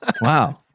Wow